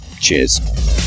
Cheers